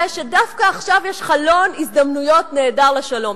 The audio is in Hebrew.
שדווקא עכשיו יש חלון הזדמנויות נהדר לשלום.